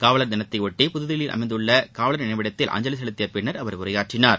காவலர் தினத்தைபொட்டி புதில்லியில் அமைந்துள்ள காவலர் நினைவிடத்தில் அஞ்சலி செலுத்தியபின் அவர் உரையாற்றினார்